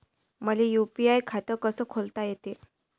मले यू.पी.आय खातं कस खोलता येते?